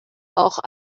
auch